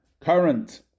current